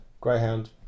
Greyhound